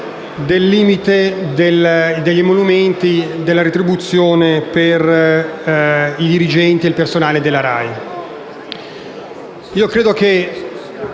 del limite degli emolumenti e delle retribuzioni per i dirigenti e per il personale della RAI.